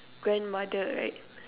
grandmother right